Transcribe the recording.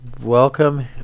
Welcome